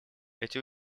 эти